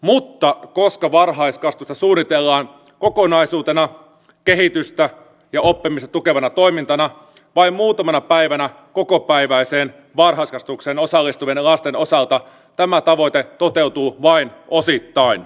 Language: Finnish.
mutta koska varhaiskasvatusta suunnitellaan kokonaisuutena kehitystä ja oppimista tukevana toimintana vain muutamana päivänä kokopäiväiseen varhaiskasvatukseen osallistuvien lasten osalta tämä tavoite toteutuu vain osittain